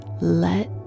let